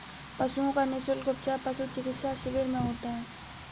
पशुओं का निःशुल्क उपचार पशु चिकित्सा शिविर में होता है